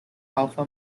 alpha